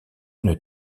une